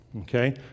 Okay